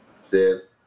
says